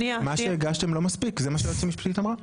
מה שהגשתם לא מספיק, זה מה שהיועצת המשפטית אמרה.